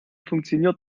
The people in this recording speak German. funktioniert